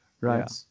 right